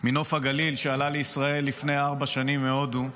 מנוף הגליל, שעלה לישראל לפני ארבע שנים מהודו.